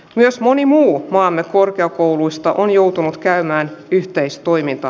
myös moni muu maamme korkeakouluista on joutunut käymään yhteistoiminta